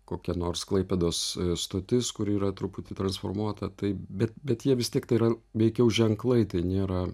kokia nors klaipėdos stotis kuri yra truputį transformuota taip bet bet jie vis tiek tai yra veikiau ženklai tai nėra